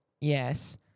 Yes